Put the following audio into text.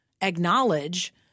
acknowledge